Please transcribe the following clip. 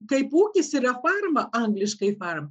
kai ūkis yra farma angliškai fam